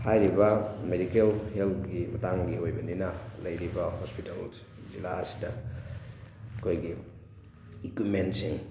ꯍꯥꯏꯔꯤꯕ ꯃꯦꯗꯤꯀꯦꯜ ꯍꯦꯜꯠꯀꯤ ꯃꯇꯥꯡꯒꯤ ꯑꯣꯏꯕꯅꯤꯅ ꯂꯩꯔꯤꯕ ꯍꯣꯁꯄꯤꯇꯥꯜ ꯖꯤꯂꯥ ꯑꯁꯤꯗ ꯑꯩꯈꯣꯏꯒꯤ ꯏꯀ꯭ꯋꯤꯞꯃꯦꯟꯁꯤꯡ